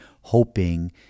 hoping